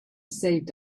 saved